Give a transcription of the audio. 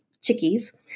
chickies